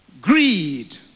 greed